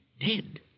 Dead